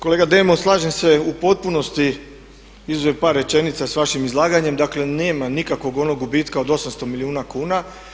Kolega Demo slažem se u potpunosti izuzev par rečenica sa vašim izlaganjem, dakle nema nikakvog onog gubitka od 800 milijuna kuna.